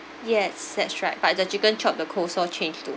yes that's right but the chicken chop the coleslaw change to